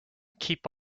keep